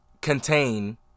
contain